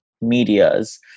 medias